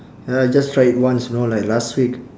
ya I just try it once you know like last week